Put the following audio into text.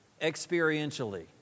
experientially